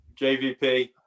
jvp